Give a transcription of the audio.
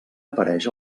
apareix